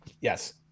Yes